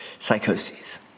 psychoses